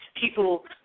People